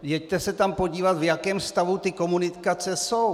Jeďte se tam podívat, v jakém stavu ty komunikace jsou!